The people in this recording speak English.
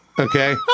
Okay